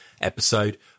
episode